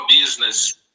business